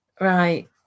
right